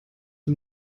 dem